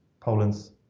Poland's